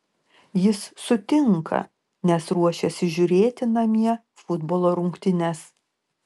jis sutinka nes ruošiasi žiūrėti namie futbolo rungtynes